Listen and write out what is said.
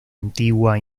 antigua